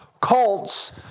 cults